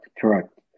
Correct